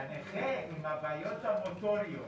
שהנכה, עם הבעיות המוטוריות